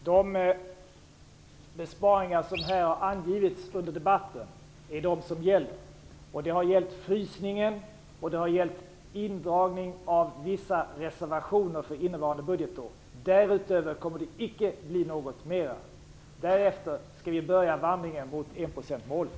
Herr talman! De besparingar som har angivits i debatten här är de som gäller. Det har alltså gällt frysningen, och det har gällt indragning av vissa reservationer för innevarande budgetår. Någonting därutöver kommer det icke att bli. Därefter skall vi börja vandringen mot enprocentsmålet.